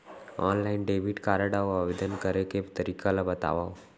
Online debit card आवेदन करे के तरीका ल बतावव?